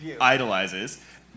idolizes